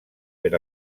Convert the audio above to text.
per